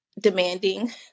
demanding